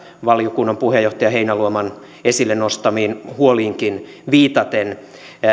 valiokunnan puheenjohtaja heinäluoman edellä esille nostamiin huoliinkin viitaten